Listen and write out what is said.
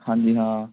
ਹਾਂਜੀ ਹਾਂ